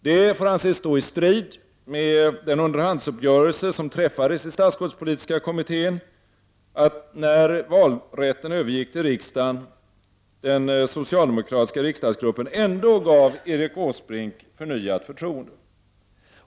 Det får anses stå i strid med den underhandsuppgörelse som har träffats i statsskuldspolitiska kommittén att den socialdemokratiska riksdagsgruppen, när valrätten övergick till riksdagen, ändå gav Erik Åsbrink förnyat förtroende.